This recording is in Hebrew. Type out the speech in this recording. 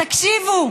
תקשיבו,